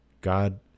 God